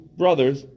brothers